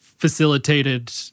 facilitated